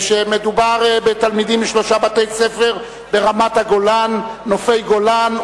שמדובר בתלמידים משלושה בתי-ספר ברמת-הגולן: "נופי גולן",